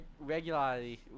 Regularly